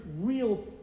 real